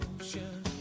ocean